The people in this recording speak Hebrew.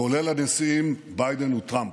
כולל הנשיאים ביידן וטראמפ.